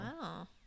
wow